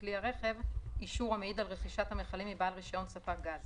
בכלי הרכב אישור מעיד על רכישת המכלים מבעל רישיון ספק גז,